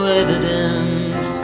evidence